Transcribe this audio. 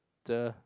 Cher